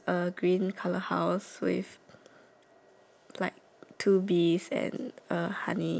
like two bees and uh honey comb like the honey word and the shop